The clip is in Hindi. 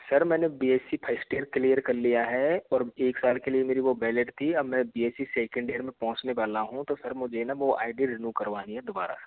सर मैंने B S C first year clear कर लिया है और एक साल के लिए मेरी वो बैलिड थी अब मैं B S C second year में पहुँचने वाला हूँ तो सर मुझे ना वो आई डी रिन्यू करवानी है दोबारा सर